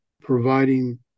providing